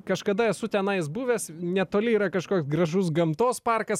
kažkada esu tenais buvęs netoli yra kažkoks gražus gamtos parkas